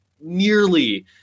nearly